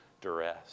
duress